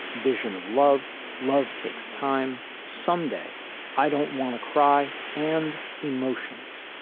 vision of love love takes time. someday i don't want to cry and emotions